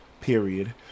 period